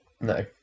No